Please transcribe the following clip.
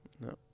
No